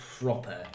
proper